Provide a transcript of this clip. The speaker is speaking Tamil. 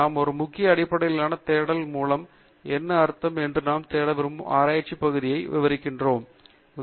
நாம் ஒரு முக்கிய அடிப்படையிலான தேடல் மூலம் என்ன அர்த்தம் என்று நாம் தேட விரும்பும் ஆராய்ச்சி பகுதியை விவரிக்கும் வார்த்தைகளின் தொகுப்பைத் தேர்ந்தெடுப்பதாகும்